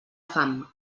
fam